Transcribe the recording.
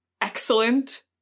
excellent